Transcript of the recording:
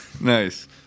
Nice